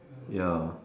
ya